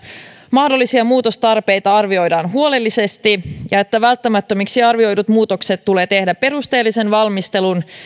mahdollisia muutostarpeita arvioidaan huolellisesti ja että välttämättömiksi arvioidut muutokset tulee tehdä perusteellisen valmistelun